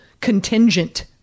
contingent